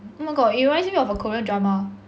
oh my god it reminds me of a korean drama